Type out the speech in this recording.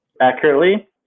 accurately